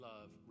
love